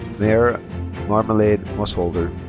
mare marmalade mossholder.